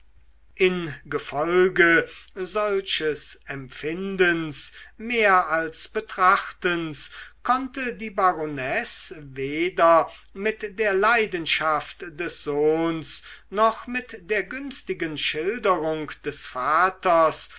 in gefolge solches empfindens mehr als betrachtens konnte die baronesse weder mit der leidenschaft des sohns noch mit der günstigen schilderung des vaters